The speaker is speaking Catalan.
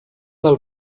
del